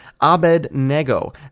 Abednego